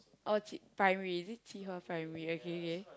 oh Qi primary is it Qihua Primary okay okay